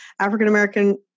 african-american